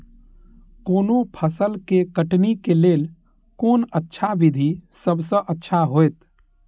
कोनो फसल के कटनी के लेल कोन अच्छा विधि सबसँ अच्छा होयत?